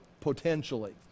potentially